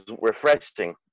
refreshing